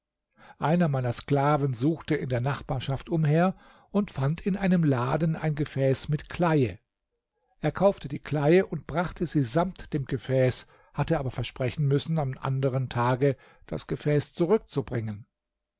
einer meiner sklaven suchte in der nachbarschaft umher und fand in einem laden ein gefäß mit kleie er kaufte die kleie und brachte sie samt dem gefäß hatte aber versprechen müssen am anderen tage das gefäß zurückzubringen